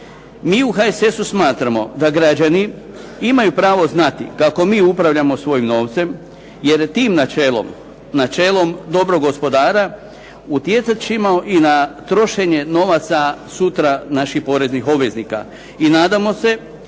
Mi u HSS-u smatramo da građani imaju pravo znati kako mi upravljamo svojim novcem, jer tim načelom, načelom dobrog gospodara utjecat ćemo i na trošenje novaca sutra naših poreznih obveznika.